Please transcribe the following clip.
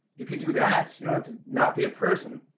you can do that. you don't have to not be a person.